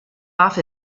off